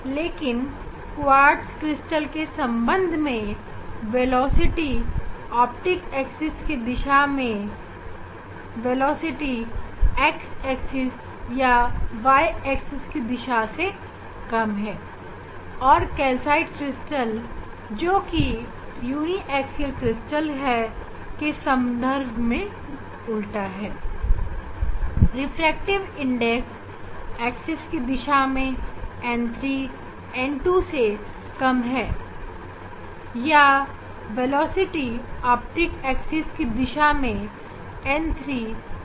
लेकिन quartz crystal के संदर्भ में वेलोसिटी ऑप्टिक्स एक्सिस के दिशा में वेलोसिटी x axis या y axis की दिशा से कम है और कैल्साइट क्रिस्टल जोकि यूनीएक्सल क्रिस्टल है के संदर्भ में उल्टा है रिफ्रैक्टिव इंडेक्स एक्सिस की दिशा में n3 n2 से कम है या वेलोसिटी ऑप्टिक्स एक्सिस के दिशा में v3v1 है